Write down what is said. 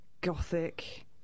gothic